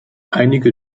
einige